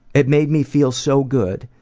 it made me feel so good.